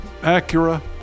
Acura